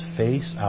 face